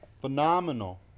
Phenomenal